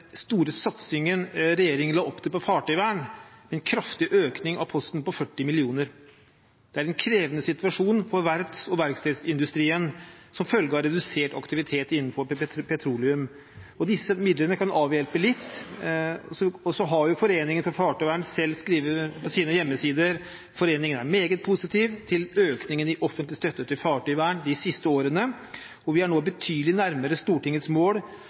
store satsingen regjeringen la opp til på fartøyvern, med en kraftig økning av posten med 40 mill. kr. Det er en krevende situasjon for verfts- og verkstedsindustrien som følge av redusert aktivitet innenfor petroleum. Disse midlene kan avhjelpe litt. Så har jo Norsk Forening for Fartøyvern selv skrevet på sine hjemmesider: «Foreningen er meget positive til økningen i offentlig støtte til fartøyvern de siste årene, og vi er nå betydelig nærmere Stortingets eget mål